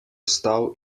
vstal